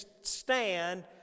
stand